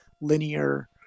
linear